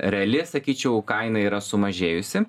reali sakyčiau kaina yra sumažėjusi